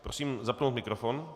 Prosím zapnout mikrofon.